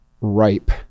ripe